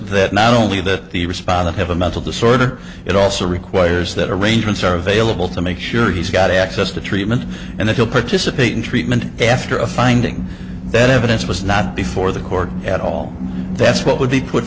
that not only that the respondent have a mental disorder it also requires that arrangements are available to make sure he's got access to treatment and that will participate in treatment after a finding that evidence was not before the court at all that's what would be put